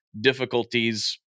difficulties